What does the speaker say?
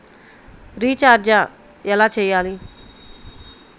Recharge ఎలా చెయ్యాలి?